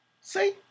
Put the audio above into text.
see